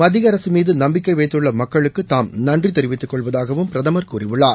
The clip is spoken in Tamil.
மத்திய அரசு மீது நம்பிக்கை வைத்துள்ள மக்களுக்கு தாம் நன்றி தெரிவித்துக் கொள்வதாகவும் பிரதமர் கூறியுள்ளார்